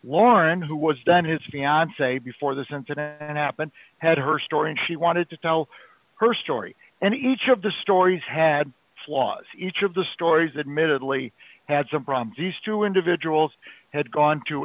lauren who was done his fiance before this incident happened had her story and she wanted to tell her story and each of the stories had flaws each of the stories admittedly had some problems these two individuals had gone to